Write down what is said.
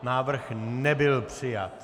Návrh nebyl přijat.